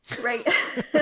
right